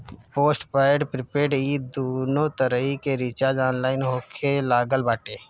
postpaid prepaid इ दूनो तरही के रिचार्ज ऑनलाइन होखे लागल बाटे